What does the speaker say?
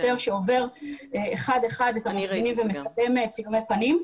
שוטר עובר אחד אחד את המפגינים ומצלם צילומי פנים.